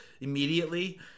immediately